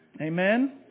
Amen